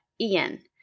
Ian